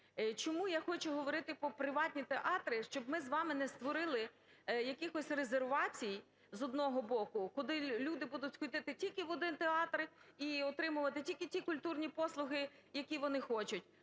Чому я хочу говорити про приватні театри? Щоб ми з вами не створили якихось резервацій з одного боку, куди люди будуть ходити тільки в одні театри і отримувати тільки ті культурні послуги, які вони хочуть.